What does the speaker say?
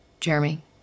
Jeremy